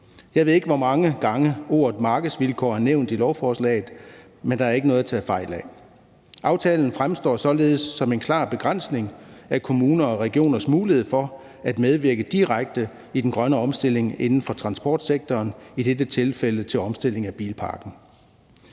Jeg ved ikke, hvor mange gange ordet markedsvilkår er nævnt i lovforslaget, men der er ikke noget at tage fejl af. Aftalen fremstår således som en klar begrænsning af kommuner og regioners mulighed for at medvirke direkte i den grønne omstilling inden for transportsektoren, i dette tilfælde til omstilling af bilparken.